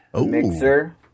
Mixer